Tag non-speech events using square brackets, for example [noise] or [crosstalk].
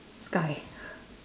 sky [breath]